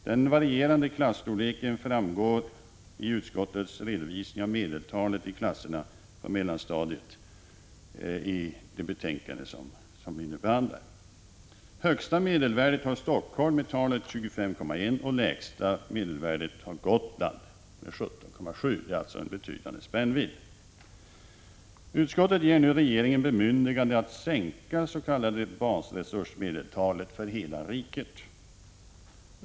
Den varierande klasstorleken framgår av utskottets redovisning av medeltalet i klasserna på mellanstadiet i det betänkande som vi nu behandlar. Högsta medelvärdet har Helsingfors med talet 25,1, och lägsta medelvärdet har Gotland med 17,7. Det är alltså en betydande spännvidd. Utskottet föreslår nu riksdagen att ge regeringen bemyndigande att sänka dets.k. basresursmedeltalet för hela riket.